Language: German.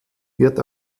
wird